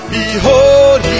Behold